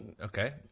Okay